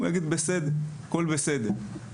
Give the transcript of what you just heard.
הוא יגיד, הכול בסדר.